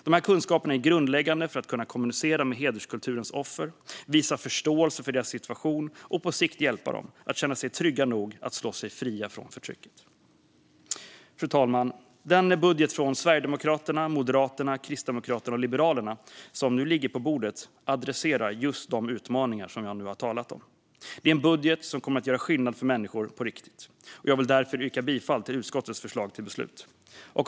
Dessa kunskaper är grundläggande för att kunna kommunicera med hederskulturens offer, visa förståelse för deras situation och på sikt hjälpa dem att känna sig trygga nog att slå sig fria från förtrycket. Fru talman! Den budget från Sverigedemokraterna, Moderaterna, Kristdemokraterna och Liberalerna som ligger på bordet adresserar just de utmaningar som jag nu har talat om. Det är en budget som kommer att göra skillnad för människor på riktigt. Jag vill därför yrka bifall till utskottets förslag till beslut.